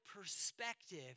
perspective